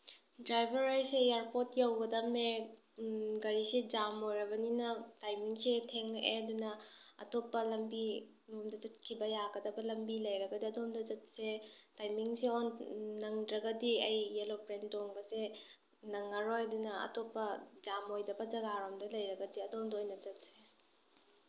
driver ꯑꯩꯁꯦ airport ꯌꯧꯒꯗꯝꯃꯦ ꯒꯥꯔꯤꯁꯦ ꯖꯥꯝ ꯑꯣꯏꯔꯕꯅꯤꯅ ꯇꯥꯏꯃꯤꯡꯁꯦ ꯊꯦꯡꯉꯛꯑꯦ ꯑꯗꯨꯅ ꯑꯇꯣꯞꯄ ꯂꯝꯕꯤ ꯂꯣꯝꯗ ꯆꯠꯈꯤꯕ ꯌꯥꯒꯗꯕ ꯂꯝꯕꯤ ꯂꯩꯔꯒꯗꯤ ꯑꯗꯣꯝꯗ ꯆꯠꯁꯦ ꯇꯥꯏꯃꯤꯡꯁꯦ ꯅꯪꯗ꯭ꯔꯒꯗꯤ ꯑꯩ ꯌꯦꯂꯣꯄ꯭ꯔꯦꯟ ꯇꯣꯡꯕꯁꯦ ꯅꯪꯉꯔꯣꯏ ꯑꯗꯨꯅ ꯑꯇꯣꯞꯄ ꯖꯥꯝ ꯑꯣꯏꯗꯕ ꯖꯒꯥꯔꯣꯝꯗ ꯂꯩꯔꯒꯗꯤ ꯑꯗꯣꯝꯗ ꯑꯣꯏꯅ ꯆꯠꯁꯦ